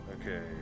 Okay